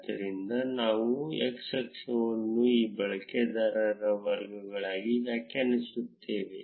ಆದ್ದರಿಂದ ನಾವು x ಅಕ್ಷವನ್ನು ಈ ಬಳಕೆದಾರರ ವರ್ಗಗಳಾಗಿ ವ್ಯಾಖ್ಯಾನಿಸುತ್ತೇವೆ